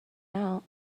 out